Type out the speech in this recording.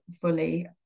fully